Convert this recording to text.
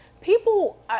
people